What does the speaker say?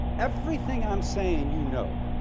everything i'm saying, you know.